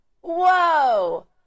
Whoa